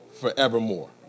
forevermore